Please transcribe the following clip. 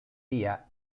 día